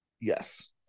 Yes